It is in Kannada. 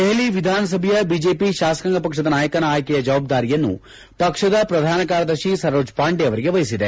ದೆಹಲಿ ವಿಧಾನಸಭೆಯ ಬಿಜೆಪಿ ಶಾಸಕಾಂಗ ಪಕ್ಷದ ನಾಯಕನ ಆಯ್ಕೆಯ ಜವಾಬ್ದಾರಿಯನ್ನು ಪಕ್ಷದ ಪ್ರಧಾನ ಕಾರ್ಯದರ್ಶಿ ಸರೋಜ್ಪಾಂಡೆ ಅವರಿಗೆ ವಹಿಸಿದೆ